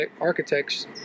architects